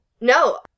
No